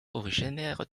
originaire